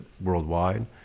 worldwide